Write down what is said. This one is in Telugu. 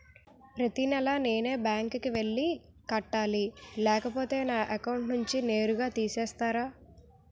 ప్రతి నెల నేనే బ్యాంక్ కి వెళ్లి కట్టాలి లేకపోతే నా అకౌంట్ నుంచి నేరుగా తీసేస్తర?